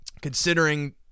considering